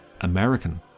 American